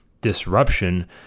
disruption